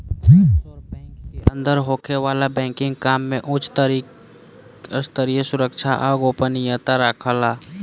offshore bank के अंदर होखे वाला बैंकिंग काम में उच स्तरीय सुरक्षा आ गोपनीयता राखाला